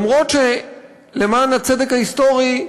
למרות שלמען הצדק ההיסטורי,